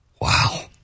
Wow